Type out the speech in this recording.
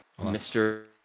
Mr